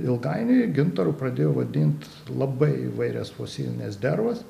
ilgainiui gintaru pradėjo vadint labai įvairias fosilines dervas